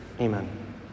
Amen